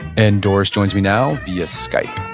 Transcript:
and doris joins me now via skype